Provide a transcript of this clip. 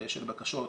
של בקשות,